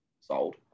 sold